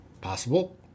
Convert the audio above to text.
Possible